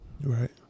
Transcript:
Right